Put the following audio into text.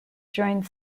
joined